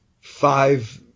five-